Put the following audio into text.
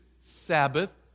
Sabbath